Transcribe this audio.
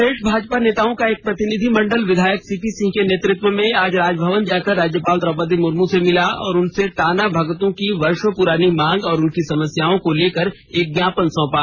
प्रदेश भाजपा नेताओं का एक प्रतिनिधि मंडल विधायक सीपी सिंह के नेतृत्व में आज राजभवन जाकर राज्यपाल द्रौपदी मुर्मू से मिला और उनसे टाना भगतों के वर्षा पुरानी मांग और उनकी समस्याओं को लेकर एक ज्ञापन सौंपा